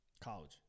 College